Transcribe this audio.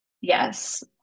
Yes